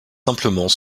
simplement